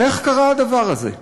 איך קרה הדבר הזה?